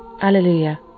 Alleluia